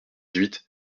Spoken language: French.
dix